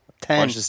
ten